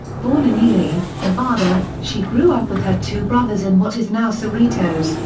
born in ely, nevada, she grew up with her two brothers in what is now cerritos,